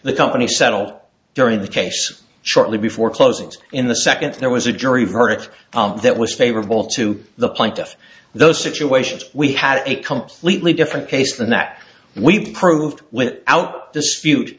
the company settled during the case shortly before closing in the second there was a jury verdict that was favorable to the plaintiff in those situations we had a completely different case than that we proved with out dispute